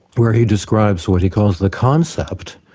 where he describes what he calls the concept,